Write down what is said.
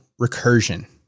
recursion